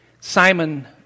Simon